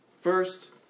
First